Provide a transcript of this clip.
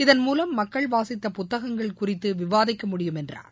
இதன்மூலம் மக்கள் வாசித்த புத்தகங்கள் குறித்து விவாதிக்க முடியும் என்றார்